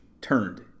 turned